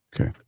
Okay